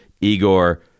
Igor